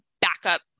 backup